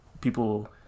people